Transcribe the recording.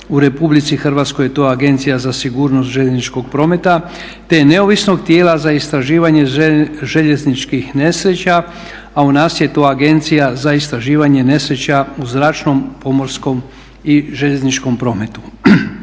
U RH je to Agencija za sigurnost željezničkog prometa te neovisnog tijela za istraživanje željezničkih nesreća a u nas je to Agencija za istraživanje nesreća u zračnom, pomorskom i željezničkom prometu.